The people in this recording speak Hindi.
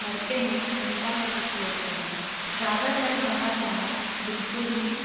मरते हैं उनका उपयोग करें ज़्यादातर बाहर जाना बिल्कुल ही